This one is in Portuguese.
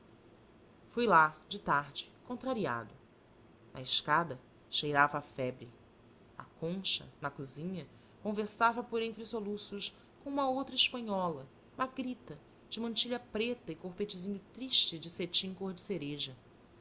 fui lá de tarde contrariado na escada cheirava a febre a cármen na cozinha conversava por entre soluços com outra espanhola magrita de mantilha preta e corpetezinho triste de cetim cor de cereja